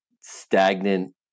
stagnant